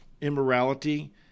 immorality